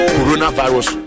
Coronavirus